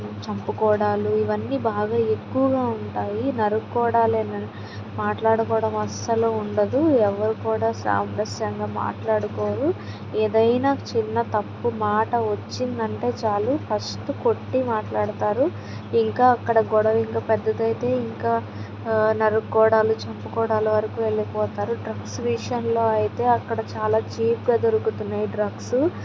చంపుకోవడం ఇవన్నీ బాగా ఎక్కువగా ఉంటాయి నరుక్కోవడమే మాట్లాడుకోవడం అసలు ఉండదు ఎవరు కూడా సామరస్యంగా మాట్లాడుకోరు ఏదైనా చిన్న తప్పు మాట వచ్చింది అంటే చాలు ఫస్ట్ కొట్టి మాట్లాడతారు ఇంకా అక్కడ గొడవ ఇంకా పెద్దదైతే ఇంక నరుకోవడం చంపుకోవడం వరకు వెళ్ళిపోతారు డ్రగ్స్ విషయంలో అయితే అక్కడ చాలా చీప్గా దొరుకుతు ఉన్నాయి డ్రగ్స్